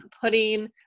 putting